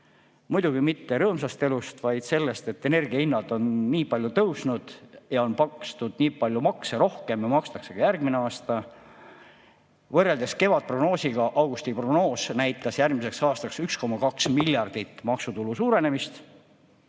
muidugi mitte rõõmsast elust, vaid sellest, et energiahinnad on nii palju tõusnud ja on makstud nii palju rohkem makse ja makstakse ka järgmine aasta, võrreldes kevadprognoosiga näitas augustiprognoos järgmiseks aastaks 1,2 miljardit maksutulu suurenemist,